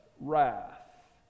wrath